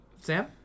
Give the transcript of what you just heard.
Sam